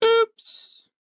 Oops